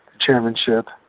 chairmanship